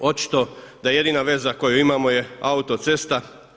Očito da jedina veza koju imamo je autocesta.